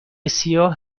سیاه